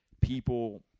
people